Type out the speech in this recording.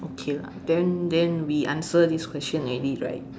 okay lah then then we answer this question already right